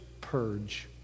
purge